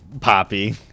Poppy